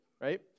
right